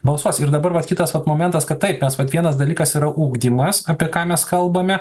balsuos ir dabar vat kitas vat momentas kad tai taip nes vat vienas dalykas yra ugdymas apie ką mes kalbame